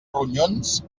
ronyons